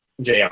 Jr